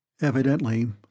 Evidently